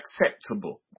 acceptable